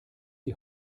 die